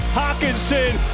hawkinson